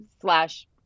slash